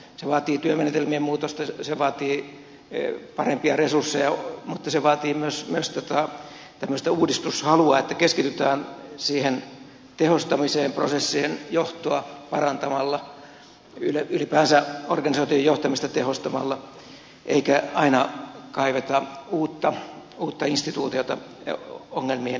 se vaatii työmenetelmien muutosta se vaatii parempia resursseja mutta se vaatii myös tämmöistä uudistushalua että keskitytään siihen tehostamiseen prosessien johtoa parantamalla ylipäänsä organisaation johtamista tehostamalla eikä aina kaiveta uutta instituutiota ongelmien ilmetessä